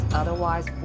otherwise